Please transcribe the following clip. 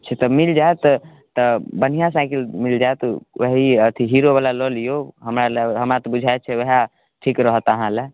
से तऽ मिल जायत तऽ बढ़िआँ साइकिल मिल जायत वही अथी हीरोवला लऽ लियौ हमरा लग हमरा तऽ बुझाइत छै उएह ठीक रहत अहाँ लेल